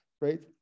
right